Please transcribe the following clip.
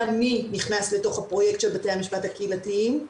מי נכנס לתוך הפרויקט של בתי המשפט הקהילתיים,